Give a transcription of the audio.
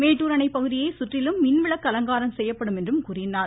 மேட்டூர் அணை பகுதியை சுற்றிலும் மின்விளக்கு அலங்காரம் செய்யப்படும் என்றார்